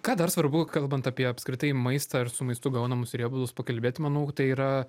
ką dar svarbu kalbant apie apskritai maistą ar su maistu gaunamus riebalus pakalbėti manau tai yra